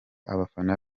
abafana